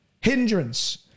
hindrance